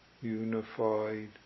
unified